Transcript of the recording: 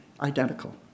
identical